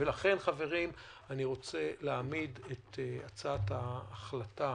לכן, חברים, אני רוצה להעמיד את הצעת ההחלטה